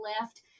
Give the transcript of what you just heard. left